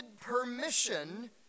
permission